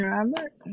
Robert